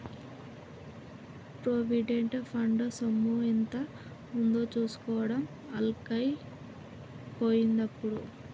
provident fund సొమ్ము ఎంత ఉందో చూసుకోవడం అల్కగై పోయిందిప్పుడు